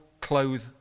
clothe